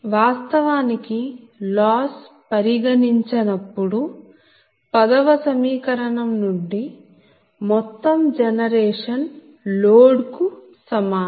వాస్తవానికి లాస్ పరిగణించనప్పుడు 10 వ సమీకరణం నుండి మొత్తం జనరేషన్ లోడ్ కు సమానం